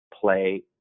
play